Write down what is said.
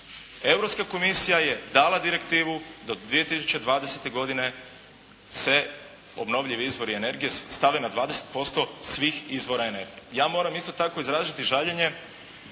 Europska komisija je dala direktivu do 2020. godine se obnovljivi izvori energije stave na 20% svih izvora energije. Ja moram isto tako izraziti žaljenje,